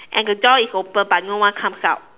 and the door is open but no one comes out